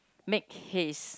make haze